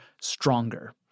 stronger